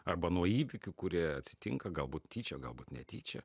arba nuo įvykių kurie atsitinka galbūt tyčia galbūt netyčia